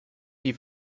die